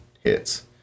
hits